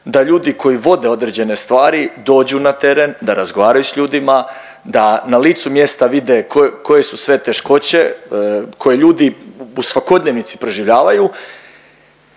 da ljudi koji vode određene stvari dođu na teren, da razgovaraju s ljudima, da na licu mjesta vide koje su sve teškoće koje ljudi u svakodnevnici proživljavaju.